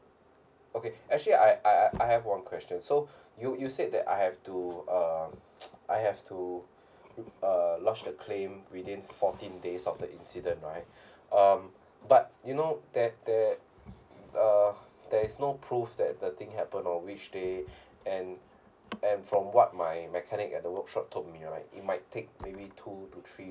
okay actually I I I have one question so you you said that I have to uh I have to uh lodge the claim within fourteen days of the incident right um but you know there there uh there's no proof that the thing happen or which day and and from what my mechanic at the workshop told me right it might take maybe two to three